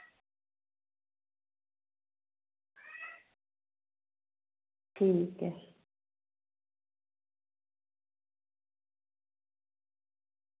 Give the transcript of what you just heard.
ठीक ऐ